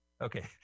Okay